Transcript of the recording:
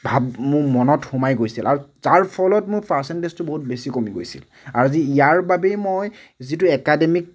ভাব মোৰ মনত সোমাই গৈছিল আৰু যাৰ ফলত মোৰ পাৰ্চেন্টেজতো বহুত বেছি কমি গৈছিল আৰু আজি ইয়াৰ বাবেই মই যিটো একাডেমিক